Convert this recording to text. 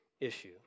issue